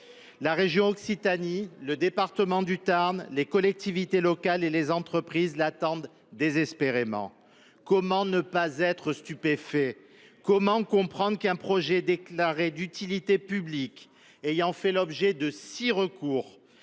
La région Occitanie, le département du Tarn, les collectivités locales et les entreprises l’attendent désespérément. Comment ne pas être stupéfait ? Comment comprendre qu’un projet déclaré d’utilité publique, ayant fait l’objet de six recours